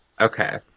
Okay